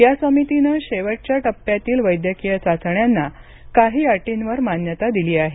या समितीन शेवटच्या टप्प्यातील वैद्यकीय चाचण्यांना काही अटींवर मान्यता दिली आहे